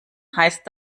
heißt